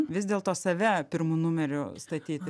vis dėlto save pirmu numeriu statyti